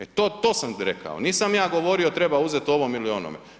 E to sam rekao, nisam ja govorio treba uzeti ovom ili onome.